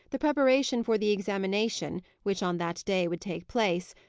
the preparation for the examination, which on that day would take place,